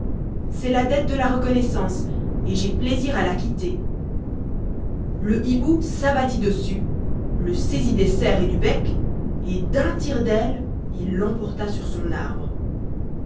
c'est la dette de la reconnaissance et j'ai plaisir a l'acquitter le hibou s'abattit dessus le saisit des serres et du bec et d'un tirc daile il l'emporta sur son arbre